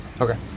Okay